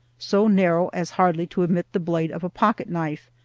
so narrow as hardly to admit the blade of a pocket-knife,